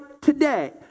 today